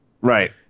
Right